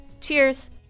Cheers